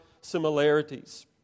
similarities